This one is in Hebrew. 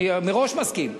אני מראש מסכים.